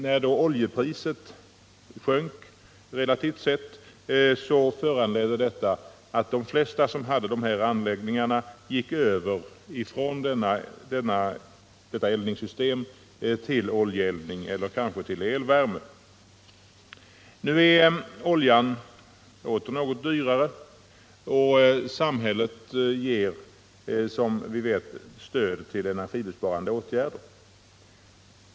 När sedan oljepriset sjönk relativt sett föranledde detta de flesta som hade de här anläggningarna att gå över till oljeeldning eller kanske till elvärme. Nu är oljan åter något dyrare och samhället ger, som vi vet, stöd till energibesparande åtgärder.